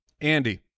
andy